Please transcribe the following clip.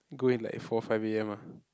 go in like four five a_m ah